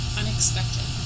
unexpected